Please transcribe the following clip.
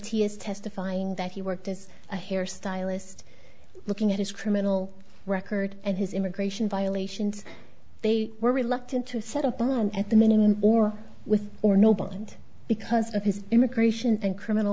mathias testifying that he worked as a hairstylist looking at his criminal record and his immigration violations they were reluctant to set a bond at the minimum or with or noble and because of his immigration and criminal